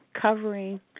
covering